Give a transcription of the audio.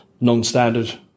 non-standard